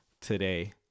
today